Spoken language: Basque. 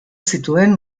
zituen